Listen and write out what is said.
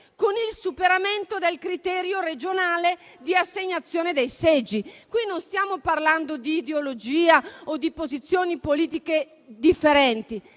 con il superamento del criterio regionale di assegnazione dei seggi. Qui non stiamo parlando di ideologia o di posizioni politiche differenti;